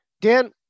Dan